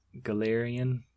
Galarian